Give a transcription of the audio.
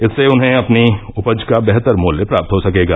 इससे उन्हे अपनी उपज का बेहतर मूल्य प्राप्त हो सकेगा